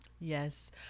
Yes